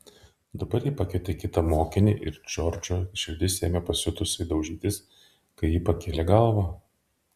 dabar ji pakvietė kitą mokinį ir džordžo širdis ėmė pasiutusiai daužytis kai ji pakėlė galvą